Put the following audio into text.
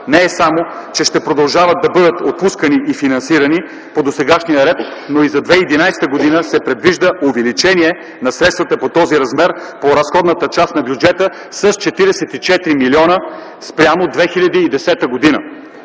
не само че ще продължават да бъдат отпускани и финансирани по досегашния ред, но и за 2011 г. се предвижда увеличение на средствата по този размер по разходната част на бюджета с 44 милиона спрямо 2010 г.